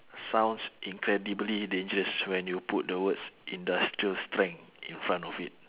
sounds incredibly dangerous when you put the words industrial strength in front of it